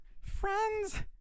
friends